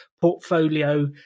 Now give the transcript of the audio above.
portfolio